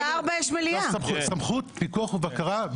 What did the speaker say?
השר פונה אלינו, והוא מבקש היתר כי הכללים אוסרים.